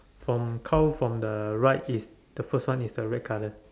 from cold from the right is the first one is the red colour